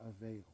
avail